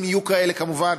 אם יהיו כאלה כמובן,